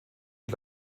die